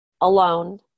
alone